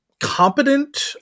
competent